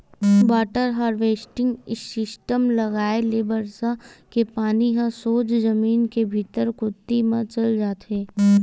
water harvesting system लगाए ले बरसा के पानी ह सोझ जमीन के भीतरी कोती म चल देथे